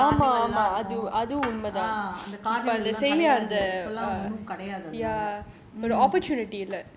முன்னல்ல வந்துmunnala vanthu C_C இருக்கும் அந்த:irukum antha carnival கிடையாது இப்போ எல்லாம் அது கிடையாது:kidaiyathu ippo ellaam athu kidaiyathu